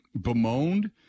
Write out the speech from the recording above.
bemoaned